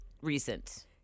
recent